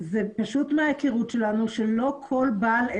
בהיבטי החומרים המסוכנים מוסדרים ברישיונות